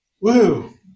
Woo